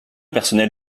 personnel